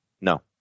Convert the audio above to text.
No